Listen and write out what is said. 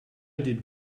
did